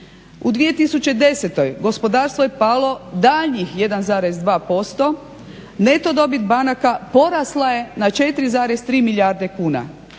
U 2010. gospodarstvo je palo daljnjih 1,2%, neto dobit banaka porasla je na 4,3 milijarde kuna,